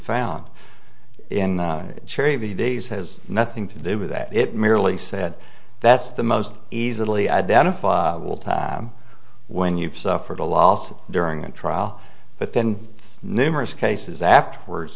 found in the cherry days has nothing to do with that it merely said that's the most easily identified when you've suffered a loss during a trial but then numerous cases afterwards